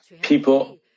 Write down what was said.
People